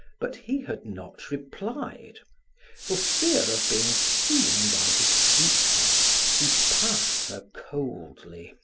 but he had not replied for fear of being seen by his sweetheart he passed her coldly,